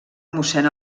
mossèn